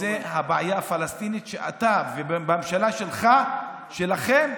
וזה הבעיה הפלסטינית, שאתה והממשלה שלך, שלכם,